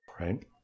Right